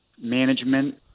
management